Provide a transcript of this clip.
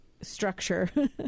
structure